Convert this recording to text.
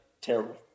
terrible